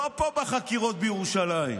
לא פה בחקירות בירושלים,